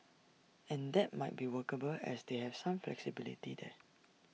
and that might be workable as they have some flexibility there